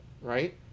right